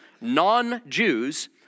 non-Jews